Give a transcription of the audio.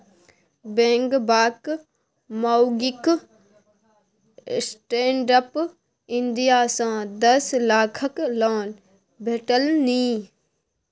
बेंगबाक माउगीक stand up India सँ दस लाखक लोन भेटलनि